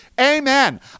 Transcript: Amen